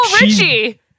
Richie